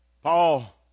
Paul